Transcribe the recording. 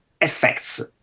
effects